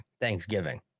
Thanksgiving